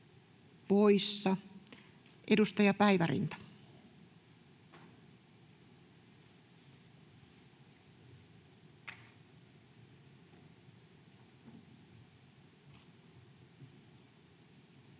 poissa. — Edustaja Päivärinta. Arvoisa